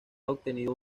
obtenido